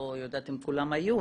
לא יודעת אם כולם היו,